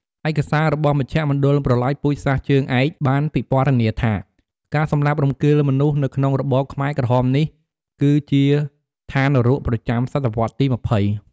ឯកសាររបស់មជ្ឈមណ្ឌលប្រល័យពូជសាសន៍ជើងឯក បានពិពណ៌នាថា ការសម្លាប់រង្គាលមនុស្សនៅក្នុងរបបខ្មែរក្រហមនេះ គឺជាឋាននរកប្រចាំសតវត្សរ៍ទី២០។